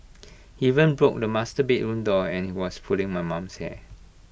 even broke the master bedroom door and he was pulling my mum's hair